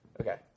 Okay